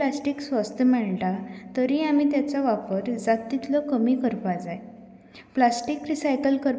तेतून गरम घातले म्हूण कांय जायना तशेंच थंड करपा फ्रिजीन दवरलें म्हणय कांय जायना